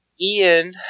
Ian